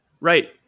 Right